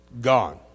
gone